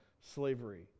slavery